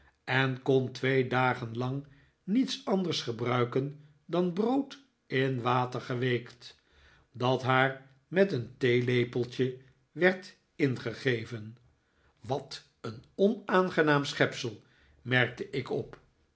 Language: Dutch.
en kon twee dagen lang niets anders gebruiken dan brood in water geweekt dat haar met een theelepeltje werd ingegeven wat een onaangenaam schepsel merkte ik op